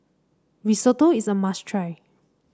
risotto is a must try